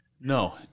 no